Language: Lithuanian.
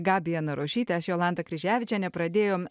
gabija narušytė aš jolanta kryževičienė pradėjom